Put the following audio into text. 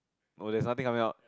or there's nothing coming out